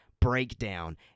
breakdown